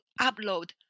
upload